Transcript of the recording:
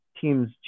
team's